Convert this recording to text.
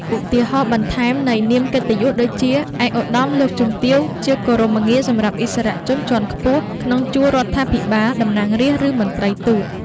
ឧទាហរណ៍បន្ថែមនៃនាមកិត្តិយសដូចជា ឯកឧត្តម លោកជំទាវ ជាគោរមងារសម្រាប់ឥស្សរជនជាន់ខ្ពស់ក្នុងជួររដ្ឋាភិបាល តំណាងរាស្រ្ត ឬមន្ត្រីទូត។